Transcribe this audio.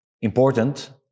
important